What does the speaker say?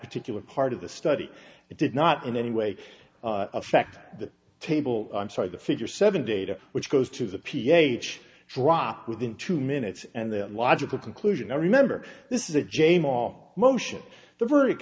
particular part of the study it did not in any way affect the table i'm sorry the figure seven data which goes to the ph drop within two minutes and the logical conclusion i remember this is a jame all motion the verdict